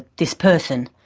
this person.